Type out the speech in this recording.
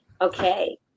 Okay